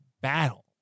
battle